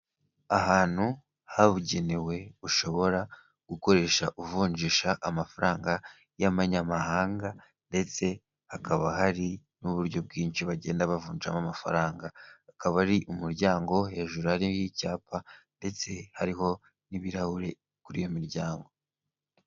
Ahantu habugenewe ushobora gukoresha uvunjisha amafaranga y'abanyamahanga ndetse hakaba hari n'uburyo bwinshi bagenda bavunjamo amafaranga, akaba ari umuryango hejuru hariho icyapa ndetse hariho n'ibirahuri kuri iyo miryango.